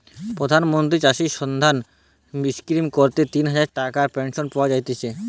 প্রধান মন্ত্রী চাষী মান্ধান স্কিম হইতে তিন হাজার টাকার পেনশন পাওয়া যায়তিছে